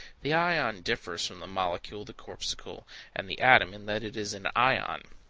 the ion differs from the molecule, the corpuscle and the atom in that it is an ion.